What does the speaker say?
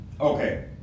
Okay